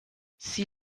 sie